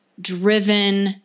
driven